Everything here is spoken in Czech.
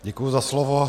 Děkuji za slovo.